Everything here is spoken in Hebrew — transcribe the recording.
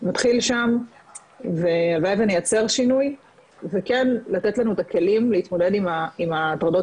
שם ואז זה מייצר שינוי וכן לתת לנו את הכלים להתמודד עם ההטרדות